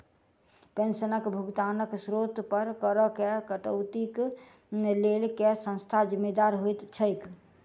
पेंशनक भुगतानक स्त्रोत पर करऽ केँ कटौतीक लेल केँ संस्था जिम्मेदार होइत छैक?